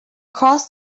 crossed